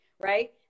right